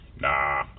Nah